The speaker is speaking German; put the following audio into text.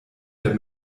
der